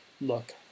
look